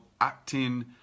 acting